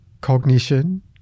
Cognition